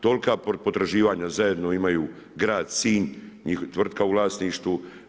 Tolika potraživanja zajedno imaju grad Sinj i njihova tvrtka u vlasništvu.